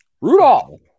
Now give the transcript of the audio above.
Rudolph